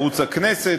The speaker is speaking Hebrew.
ערוץ הכנסת,